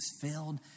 filled